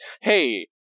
hey